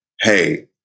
hey